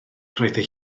roedden